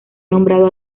nombrado